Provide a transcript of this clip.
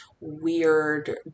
weird